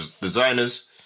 Designers